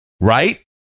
Right